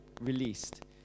released